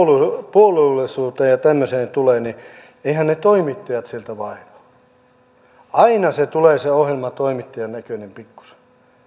puolueellisuuteen ja tämmöiseen tulee niin eiväthän ne toimittajat sieltä vaihdu aina siitä ohjelmasta tulee toimittajan näköinen pikkusen